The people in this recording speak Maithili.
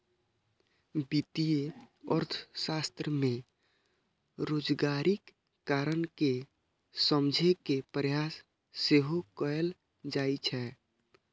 वित्तीय अर्थशास्त्र मे बेरोजगारीक कारण कें समझे के प्रयास सेहो कैल जाइ छै